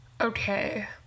okay